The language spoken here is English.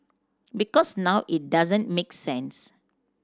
because now it doesn't make sense